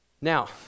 Now